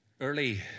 Early